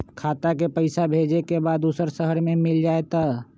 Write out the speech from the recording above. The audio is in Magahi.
खाता के पईसा भेजेए के बा दुसर शहर में मिल जाए त?